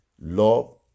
Love